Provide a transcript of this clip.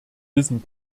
wissen